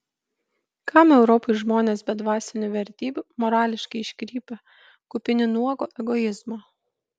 kam europai žmonės be dvasinių vertybių morališkai iškrypę kupini nuogo egoizmo